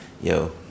Yo